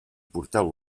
porteu